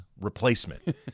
replacement